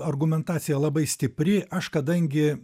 argumentacija labai stipri aš kadangi